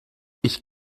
ich